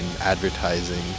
advertising